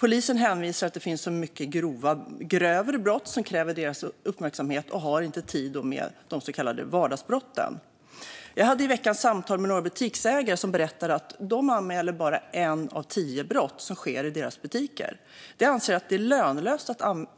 Polisen hänvisar till att det finns så mycket grövre brott som kräver deras uppmärksamhet och att de därmed inte har tid för de så kallade vardagsbrotten. Jag hade i veckan samtal med några butiksägare som berättade att de bara anmäler ett av tio brott som sker i deras butiker. De anser att det är lönlöst